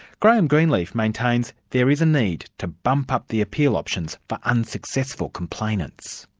graham greenleaf maintains there is a need to bump up the appeal options for unsuccessful complainants.